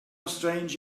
strange